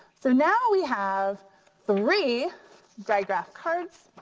so now we have three diagraph cards,